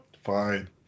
Fine